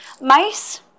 Mice